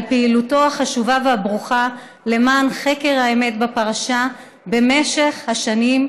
פעילותו החשובה והברוכה למען חקר האמת בפרשה במשך השנים,